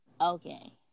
Okay